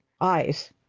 eyes